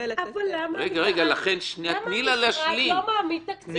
אבל למה המשרד לא מעמיד תקציב לזה?